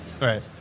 right